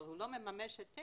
אבל הוא לא מממש היתר,